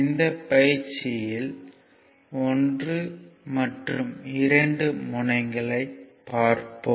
இந்த பயிற்சியில் 1 மற்றும் 2 முனையங்களை பார்ப்போம்